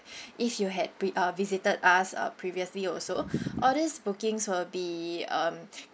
if you had uh visited us uh previously also all these bookings will be um